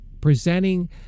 presenting